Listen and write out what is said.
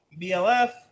BLF